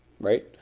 Right